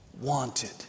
wanted